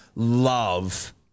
love